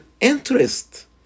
interest